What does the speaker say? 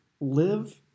live